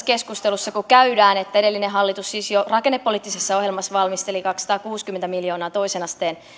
keskustelussa kun käydään että edellinen hallitus siis jo rakennepoliittisessa ohjelmassa valmisteli kaksisataakuusikymmentä miljoonaa toisen asteen